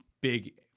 big